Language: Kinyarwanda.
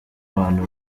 abantu